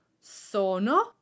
sono